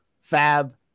Fab